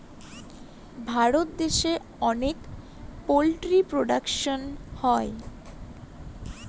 ভারত দেশে অনেক poultry production হয়